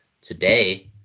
Today